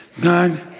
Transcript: God